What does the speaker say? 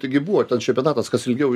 taigi buvo ten čempionatas kas ilgiau